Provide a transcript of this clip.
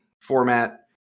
format